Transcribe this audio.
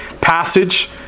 passage